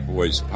Boys